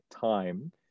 time